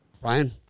Ryan